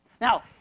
Now